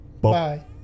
Bye